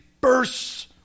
bursts